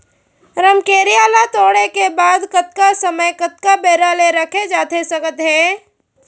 रमकेरिया ला तोड़े के बाद कतका समय कतका बेरा ले रखे जाथे सकत हे?